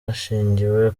hashingiwe